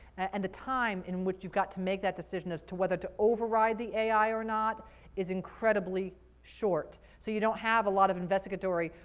and the time in which you've got to make that decision as whether to override the ai or not is incredibly short. so you don't have a lot of investigatory,